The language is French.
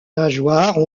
nageoires